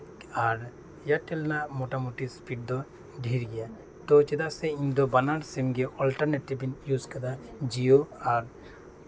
ᱟᱨ ᱮᱭᱟᱨᱴᱮᱞ ᱨᱮᱭᱟᱜ ᱥᱯᱤᱰ ᱫᱚ ᱢᱳᱴᱟᱢᱩᱴᱤ ᱰᱷᱮᱨ ᱜᱮᱭᱟ ᱛᱳ ᱪᱮᱫᱟᱜ ᱥᱮ ᱤᱧ ᱫᱚ ᱵᱟᱱᱟᱨ ᱥᱤᱢ ᱜᱮ ᱚᱞᱴᱟᱨᱱᱮᱴᱵᱷ ᱤᱧ ᱤᱭᱩᱥ ᱟᱠᱟᱫᱟ ᱟᱨ ᱡᱤᱭᱳ ᱟᱨ